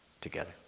together